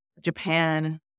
Japan